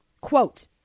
quote